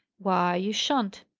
why, you shan't.